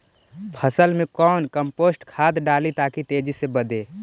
फसल मे कौन कम्पोस्ट खाद डाली ताकि तेजी से बदे?